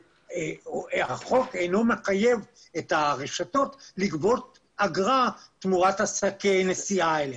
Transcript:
החוק אינו מחייב את הרשתות לגבות אגרה תמורת שקי הנשיאה האלה.